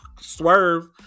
swerve